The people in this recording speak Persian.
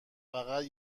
فقط